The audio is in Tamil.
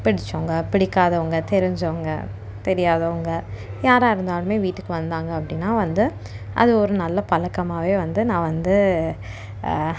பிடித்தவங்க பிடிக்காதவங்க தெரிஞ்சவங்க தெரியாதவங்க யாராக இருந்தாலுமே வீட்டுக்கு வந்தாங்க அப்படின்னா வந்து அது ஒரு நல்ல பழக்கமாவே வந்து நான் வந்து